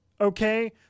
Okay